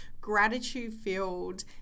gratitude-filled